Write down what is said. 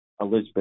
Elizabeth